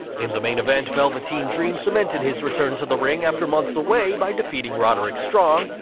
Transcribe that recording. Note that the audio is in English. in the main event, velveteen dream cemented his return to the ring after months away by defeating roderick strong,